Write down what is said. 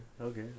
okay